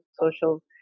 social